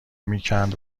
میکند